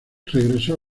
regresó